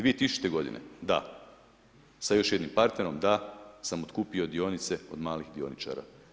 2000. godine, da, sa još jednim partnerom, da, samo otkupio dionice od malih dioničara.